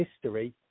history